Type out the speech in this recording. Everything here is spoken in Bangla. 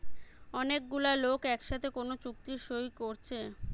অনেক গুলা লোক একসাথে কোন চুক্তি সই কোরছে